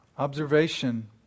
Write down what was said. observation